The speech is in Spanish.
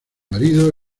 marido